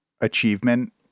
achievement